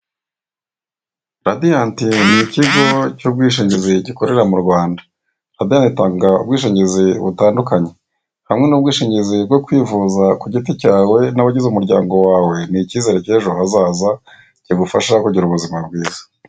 Radiant ni Ikigo cy'Ubwishingizi gikorera mu Rwanda. Radiant itanga ubwishingizi bitandukanye. Hamwe n'ubwishingizi bwo kwivuza ku giti cyawe hamwe n'abagize umuryango wawe, ni icyizere cy'ejo hazaza, kigufasha kugira ubuzima bwiza.